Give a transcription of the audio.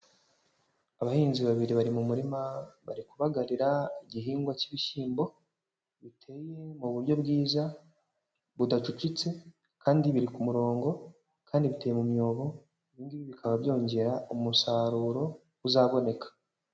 Abahinzi babiri bari mu murima bari kubagarira igihingwa cy'ibishyimbo, biteye mu buryo bwiza budacucitse, kandi biri ku murongo, kandi biteye mu myobo, ibi ngibi bikaba byongera umusaruro uzaboneka.